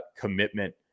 commitment